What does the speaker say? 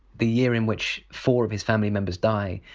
the year in which four of his family members die,